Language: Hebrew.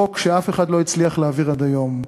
חוק שאף אחד לא הצליח להעביר עד היום,